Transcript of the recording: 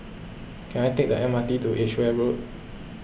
can I take the M R T to Edgeware Road